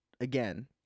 again